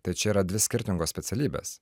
tai čia yra dvi skirtingos specialybės